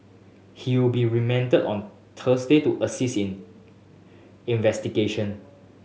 he will be remanded on Thursday to assist in investigation